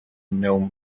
gnome